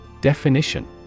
Definition